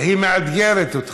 היא מאתגרת אותך.